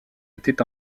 était